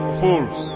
fools